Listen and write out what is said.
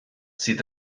sydd